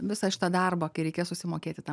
visą šitą darbą kai reikės susimokėti tą